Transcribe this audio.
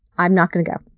i'm not going to go.